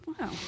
Wow